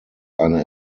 eine